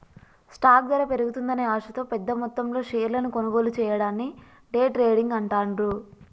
stock ధర పెరుగుతుందనే ఆశతో పెద్దమొత్తంలో షేర్లను కొనుగోలు చెయ్యడాన్ని డే ట్రేడింగ్ అంటాండ్రు